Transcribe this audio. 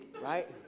Right